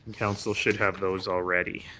council should have those already.